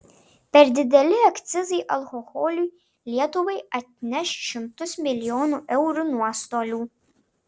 per dideli akcizai alkoholiui lietuvai atneš šimtus milijonų eurų nuostolių